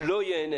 לא ייהנה